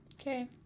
Okay